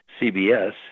CBS